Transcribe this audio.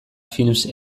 films